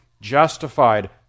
justified